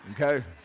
Okay